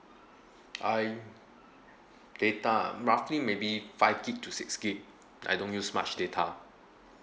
I data ah roughly maybe five gig to six gig I don't use much data